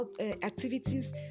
activities